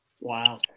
Wow